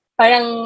parang